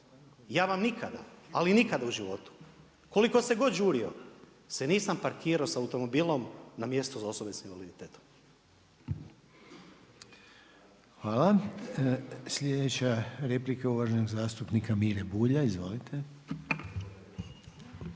ja vam nikada, ali nikada u životu koliko se god žurio se nisam parkirao sa automobilom na mjestu za osobe sa invaliditetom. **Reiner, Željko (HDZ)** Hvala. Sljedeća replika je uvaženog zastupnika Mire Bulja, izvolite.